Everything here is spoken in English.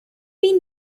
been